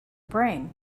brain